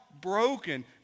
broken